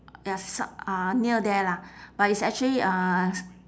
ya so~ uh near there lah but it's actually uh